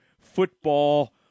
Football